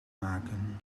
maken